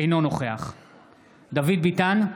אינו נוכח דוד ביטן,